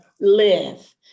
live